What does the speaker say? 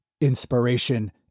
inspiration